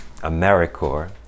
AmeriCorps